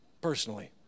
personally